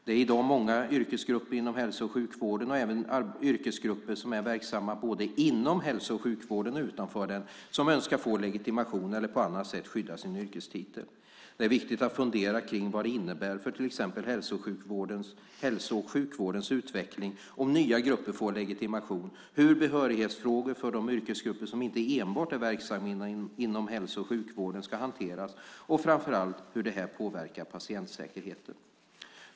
Det är i dag många yrkesgrupper inom hälso och sjukvården, och även yrkesgrupper som är verksamma både inom hälso och sjukvården och utanför den, som önskar få legitimation eller på annat sätt skydda sin yrkestitel. Det är viktigt att fundera kring vad det innebär för till exempel hälso och sjukvårdens utveckling om nya grupper får legitimation, hur behörighetsfrågor för de yrkesgrupper som inte enbart är verksamma inom hälso och sjukvården ska hanteras och framför allt hur det här påverkar patientsäkerheten.